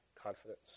confidence